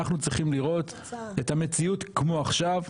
אנחנו צריכים לראות אתה המציאות כמו עכשיו,